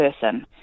person